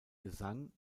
gesang